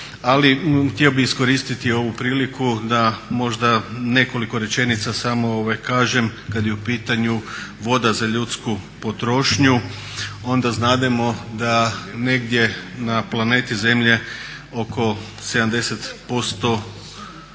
ali htio bih iskoristiti ovu priliku da možda nekoliko rečenica samo kažem kad je u pitanju voda za ljudsku potrošnju. Onda znademo da negdje na planeti Zemlji oko 70